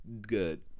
good